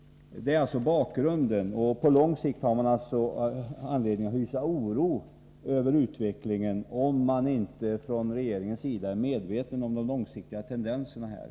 Detta är bakgrunden, och vi har anledning att för framtiden hysa oro över utvecklingen, om inte regeringen är medveten om de långsiktiga tendenserna här.